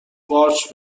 قارچ